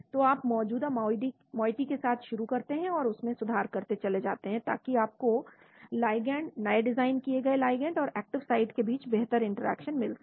तो आप मौजूदा मॉइटि के साथ शुरू करते हैं और उसमें सुधार करते जाते हैं ताकि आपको लिगैंड नए डिज़ाइन किए गए लिगैंड और एक्टिव साइट के बीच बेहतर इंटरैक्शन मिल सके